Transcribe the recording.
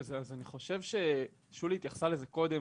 אז שולי התייחסה לזה קודם,